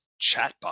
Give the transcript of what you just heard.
chatbot